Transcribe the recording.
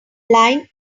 line